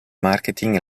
marketing